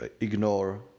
ignore